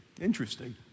Interesting